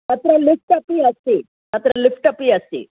तत्र लिफ़्ट् अपि अस्ति तत्र लिफ़्ट् अपि अस्ति